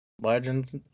Legends